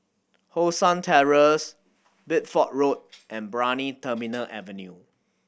Hong San Terrace Bideford Road and Brani Terminal Avenue